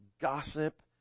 gossip